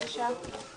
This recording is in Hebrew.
כמו שאמרתי קודם,